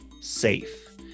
safe